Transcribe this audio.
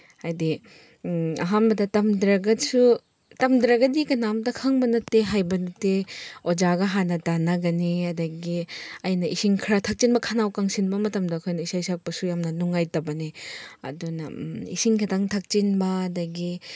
ꯍꯥꯏꯗꯤ ꯑꯍꯥꯟꯕꯗ ꯇꯝꯗ꯭ꯔꯒꯁꯨ ꯇꯝꯗ꯭ꯔꯒꯗꯤ ꯀꯅꯥꯝꯇ ꯈꯪꯕ ꯅꯠꯇꯦ ꯍꯥꯏꯕ ꯅꯠꯇꯦ ꯑꯣꯖꯥꯒ ꯍꯥꯟꯅ ꯇꯥꯟꯅꯒꯅꯤ ꯑꯗꯒꯤ ꯑꯩꯅ ꯏꯁꯤꯡ ꯈꯔ ꯊꯛꯆꯤꯟꯕ ꯈꯧꯅꯥꯎ ꯀꯪꯁꯤꯟꯕ ꯃꯇꯝꯗ ꯑꯩꯈꯣꯏꯅ ꯏꯁꯩ ꯁꯛꯄꯁꯨ ꯌꯥꯝꯅ ꯅꯨꯡꯉꯥꯏꯇꯕꯅꯤ ꯑꯗꯨꯅ ꯏꯁꯤꯡ ꯈꯤꯇꯪ ꯊꯛꯆꯤꯟꯕ ꯑꯗꯒꯤ